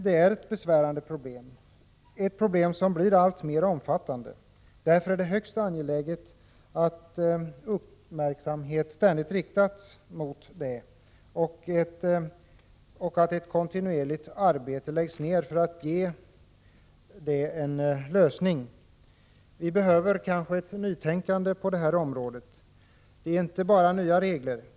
Det är ett besvärande problem, som blir alltmer omfattande. Därför är det högst angeläget att uppmärksamheten ständigt riktas på det och att ett kontinuerligt arbete läggs ner för att hitta en lösning. Vi behöver kanske ett nytänkande på detta område. Det är inte fråga om bara nya regler.